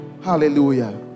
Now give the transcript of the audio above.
Hallelujah